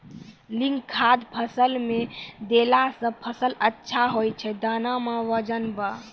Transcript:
zinc खाद फ़सल मे देला से फ़सल अच्छा होय छै दाना मे वजन ब